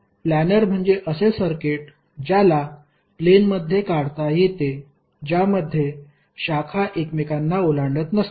planar म्हणजे असे circuit ज्याला प्लेनमध्ये काढता येते ज्यामध्ये शाखा एकमेकांना ओलांडत नसतात